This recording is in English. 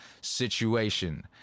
situation